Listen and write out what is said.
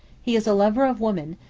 he is a lover of women,